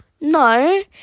No